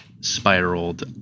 spiraled